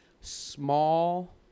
small